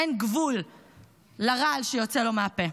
אין גבול לרעל שיוצא לו מהפה.